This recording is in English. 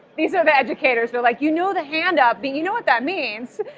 these are the educators. they're like, you know the hand up, but you know what that means.